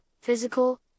physical